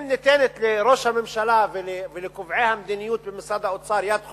אם ניתן לראש הממשלה ולקובעי המדיניות במשרד האוצר יד חופשית,